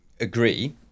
agree